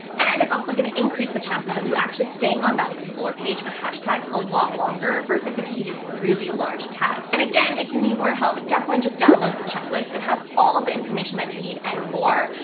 and it's also going to increase the chances of you actually staying on that explore page for hashtags a lot longer, versus if you use really large tags. and again, if you need more help, definitely just download the checklist, it has all of the information that you need and more.